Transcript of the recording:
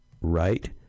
right